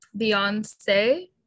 Beyonce